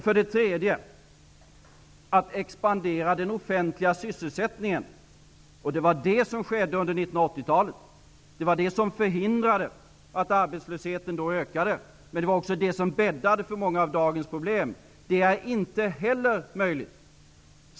För det tredje: Att expandera den offentliga sysselsättningen -- det var detta som skedde under 1980-talet och som förhindrade att arbetslösheten då ökade, men det var också detta som bäddade för många av dagens problem -- är inte heller möjligt.